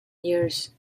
years